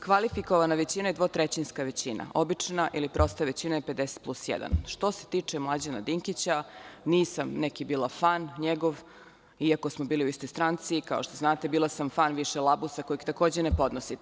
Kvalifikovana većina je dvotrećinska većina, a obična ili prosta većina je 50 plus 1. Što se tiče Mlađana Dinkića, nisam bila neki fan njegov iako smo bili u istoj stranci, kao što znate bila sam više fan Labusa, kojeg takođe ne podnosite.